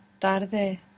tarde